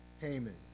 Haman